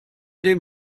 dem